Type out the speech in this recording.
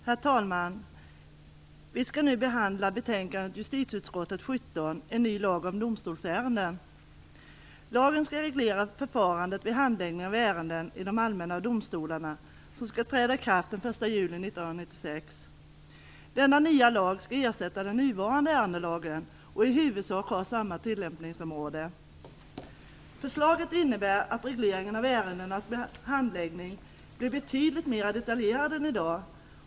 Herr talman! Vi skall nu behandla betänkandet Lagen skall reglera förfarandet vid handläggning av ärenden vid de allmänna domstolarna och skall träda i kraft den 1 juli 1996. Denna nya lag skall ersätta den nuvarande ärendelagen och i huvudsak ha samma tillämpningsområde. Förslaget innebär att regleringen av ärendenas handläggning blir betydligt mera detaljerad än i dag.